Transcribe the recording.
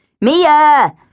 Mia